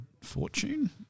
fortune